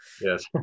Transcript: Yes